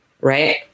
right